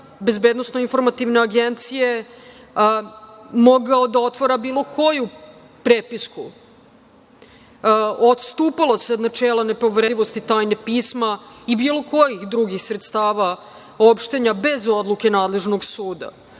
Bezbednosno informativne agencije mogao da otvara bilo koju prepisku. Odstupalo se od načela nepovredivosti tajne pisma i bilo kojih drugih sredstava opštenja bez odluke nadležnog suda.